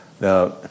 Now